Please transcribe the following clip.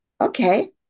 okay